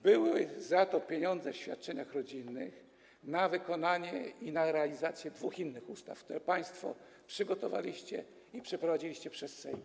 Były za to pieniądze w zakresie świadczeń rodzinnych na wykonanie i realizację dwóch innych ustaw, które państwo przygotowaliście i przeprowadziliście przez Sejm.